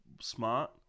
smart